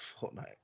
Fortnite